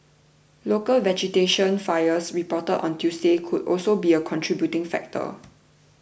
local vegetation fires reported on Tuesday could also be a contributing factor